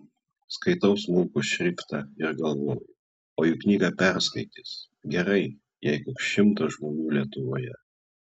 skaitau smulkų šriftą ir galvoju o juk knygą perskaitys gerai jei koks šimtas žmonių lietuvoje